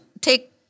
take